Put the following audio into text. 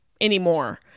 anymore